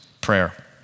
prayer